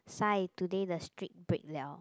sigh today the streak break liao